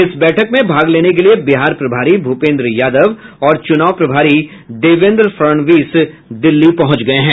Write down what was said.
इस बैठक में भाग लेने के लिये बिहार प्रभारी भूपेंद्र यादव और चुनाव प्रभारी देवेन्द्र फड़णवीस दिल्ली पहुंच गये हैं